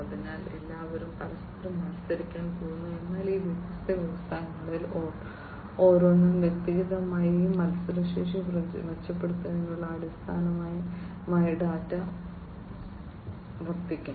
അതിനാൽ എല്ലാവരും പരസ്പരം മത്സരിക്കാൻ പോകുന്നു എന്നാൽ ഈ വ്യത്യസ്ത വ്യവസായങ്ങളിൽ ഓരോന്നും വ്യക്തിഗതമായി ഈ മത്സരശേഷി മെച്ചപ്പെടുത്തുന്നതിനുള്ള അടിസ്ഥാനമായി ഡാറ്റ വർത്തിക്കും